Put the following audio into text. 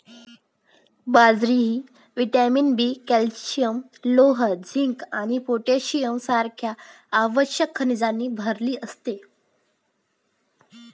बाजरी vitamin B, calcium, लोह, zinc आणि पोटॅशियम सारख्या आवश्यक खनिजांनी भरलेली असते